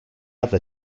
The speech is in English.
other